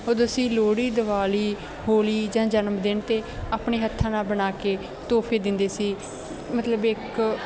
ਉਦੋਂ ਅਸੀਂ ਲੋਹੜੀ ਦਿਵਾਲੀ ਹੋਲੀ ਜਾਂ ਜਨਮਦਿਨ 'ਤੇ ਆਪਣੇ ਹੱਥਾਂ ਨਾਲ ਬਣਾ ਕੇ ਤੋਹਫੇ ਦਿੰਦੇ ਸੀ ਮਤਲਬ ਇੱਕ